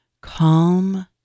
Calm